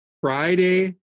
Friday